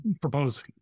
proposing